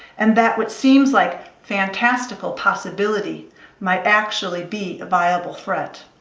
and that what seems like fantastical possibility might actually be a viable threat.